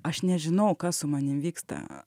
aš nežinau kas su manim vyksta